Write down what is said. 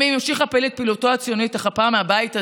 לימים המשיך הפעיל את פעילותו הציונית אך הפעם מהבית הזה,